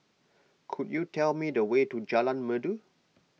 could you tell me the way to Jalan Merdu